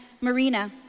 Marina